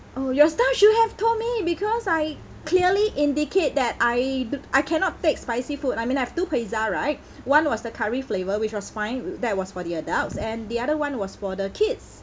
oh your staff should have told me because I clearly indicate that I d~ I cannot take spicy food I mean I have two pizza right one was the curry flavour which was fine that was for the adults and the other one was for the kids